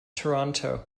toronto